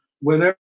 whenever